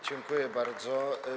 Dziękuję bardzo.